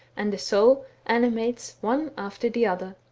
and the soul animates one after the other.